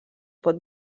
pot